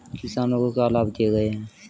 किसानों को क्या लाभ दिए गए हैं?